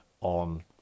on